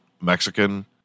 Mexican